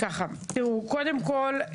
קודם כול,